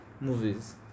movies